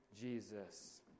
Jesus